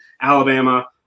Alabama